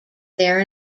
their